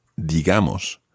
digamos